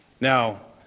Now